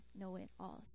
know-it-alls